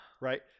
right